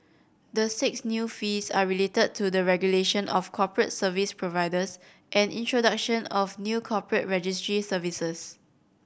the six new fees are related to the regulation of corporate service providers and introduction of new corporate registry services